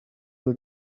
you